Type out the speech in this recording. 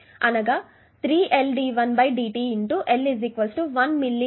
L 1 millihenry inductance